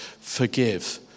forgive